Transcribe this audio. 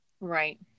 right